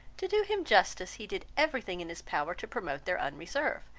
to do him justice, he did every thing in his power to promote their unreserve,